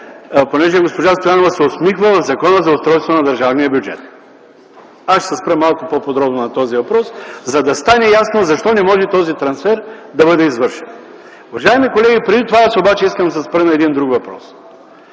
понеже госпожа Стоянова се усмихва, в Закона за устройството на държавния бюджет. Аз ще се спра малко по-подробно на този въпрос, за да стане ясно защо не може този трансфер да бъде извършен. Уважаеми колеги, преди това обаче, искам да се спра на един друг въпрос.